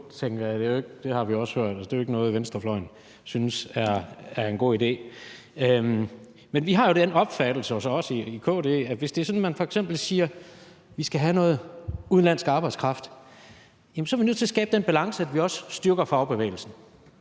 Det har vi også hørt. Det er jo ikke noget, venstrefløjen synes er en god idé. Men vi har jo den opfattelse hos os i KD, at hvis det er sådan, at hvis man f.eks. siger, at vi skal have noget udenlandsk arbejdskraft, så er vi nødt til at skabe den balance, at vi også styrker fagbevægelsen.